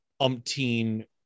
umpteen